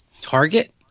Target